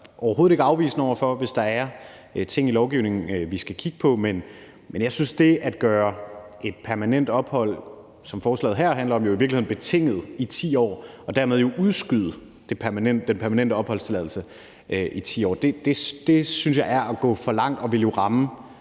overhovedet ikke afvisende over for det, hvis der er ting i lovgivningen, vi skal kigge på, men jeg synes, at det at gøre et permanent ophold, hvilket forslaget her handler om, jo i virkeligheden betinget i 10 år, hvormed man udskyder den permanente opholdstilladelse i 10 år, er at gå for langt, og det vil jo ramme